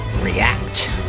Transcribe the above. React